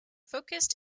focused